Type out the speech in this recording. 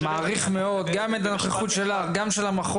אני מעריך מאוד את נוכחות המחוז,